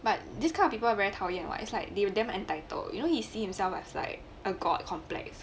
but this kind of people are very 讨厌 what its like they damn entitle you know he see himself as like a god complex